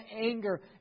anger